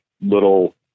little